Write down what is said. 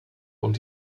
und